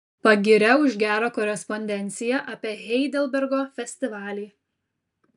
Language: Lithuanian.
pagiria už gerą korespondenciją apie heidelbergo festivalį